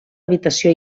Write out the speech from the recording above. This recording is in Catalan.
habitació